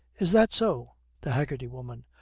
is that so the haggerty woman.